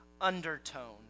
undertone